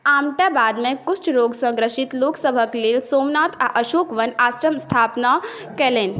आमटे बादमे कुष्ठ रोगसँ ग्रसित लोकसभक लेल सोमनाथ आ अशोकवन आश्रमक स्थापना कयलनि